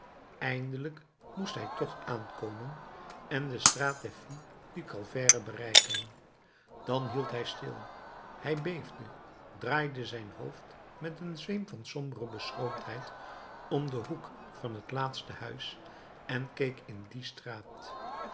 eindelijk moest hij toch aankomen en de straat des filles du calvaire bereiken dan hield hij stil hij beefde draaide zijn hoofd met een zweem van sombere beschroomdheid om den hoek van het laatste huis en keek in die straat